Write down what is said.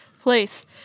place